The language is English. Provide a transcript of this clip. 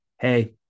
Hey